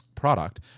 product